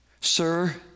Sir